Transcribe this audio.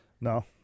no